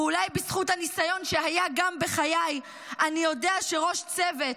ואולי בזכות הניסיון שהיה גם בחיי יודע אני שראש צוות,